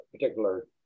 particular